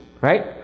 right